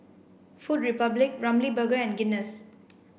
Food Republic Ramly Burger and Guinness